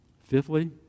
Fifthly